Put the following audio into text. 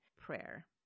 prayer